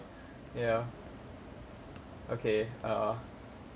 ya okay err